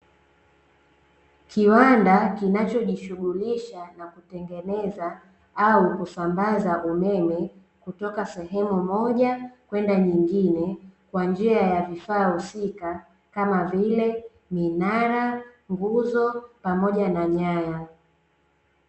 Kiwanda kinachojishughulisha na kutengeneza au kusambaza umeme kutoka sehemu moja kwenda nyingine, kwa njia ya vifaa husika kama vile minara, nguzo, pamoja na nyaya.